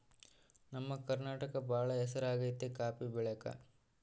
ನಮ್ಮ ಕರ್ನಾಟಕ ಬಾಳ ಹೆಸರಾಗೆತೆ ಕಾಪಿ ಬೆಳೆಕ